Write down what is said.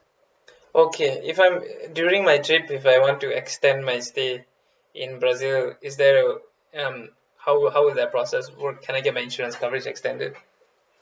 okay if I'm during my trip if I want to extend my stay in brazil is there a um how how would that process work can I get my insurance coverage extended